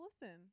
listen